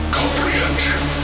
comprehension